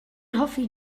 hoffi